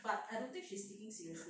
but I don't think she's sleeping sickness